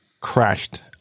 crashed